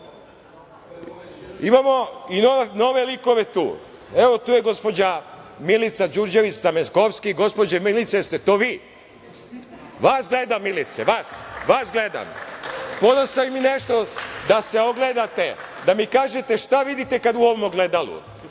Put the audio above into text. i nove likove tu. Tu je gospođa Milica Đurđević Stamenkovski. Gospođo Milice, jeste to vi? Vas gledam, Milice. Vas gledam. Poneo sam i nešto da se ogledate, da mi kažete šta vidite u ovom ogledalu?